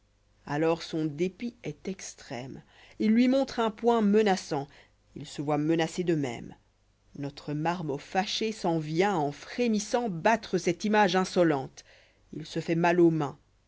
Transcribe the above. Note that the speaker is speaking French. alors son dépit est extrême il lui montre un poing njenaçant il se voit menacé de même notre marmot fâché s'en vient en frémissant battre cette image insolente il se fait mal aux mains